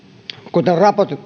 kuten